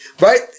right